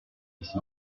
ici